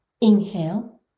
Inhale